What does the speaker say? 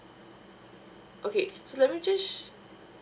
okay so let me just